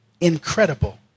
incredible